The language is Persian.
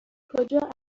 کجا